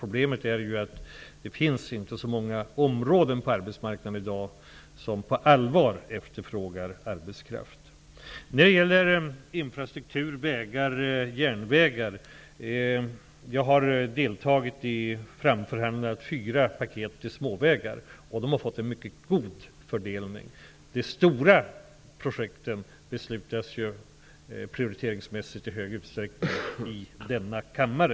Problemet är att det inte finns så många områden på arbetsmarknaden i dag som på allvar efterfrågar arbetskraft. När det gäller infrastruktur som vägar och järnvägar har jag deltagit i framförhandlandet av fyra paket avseende småvägar, vilka har fått en mycket god fördelning. De stora projekten beslutas ju prioriteringsmässigt i stor utsträckning i denna kammare.